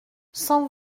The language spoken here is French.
cent